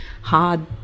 hard